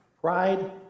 Pride